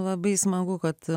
labai smagu kad